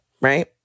right